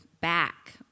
back